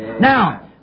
Now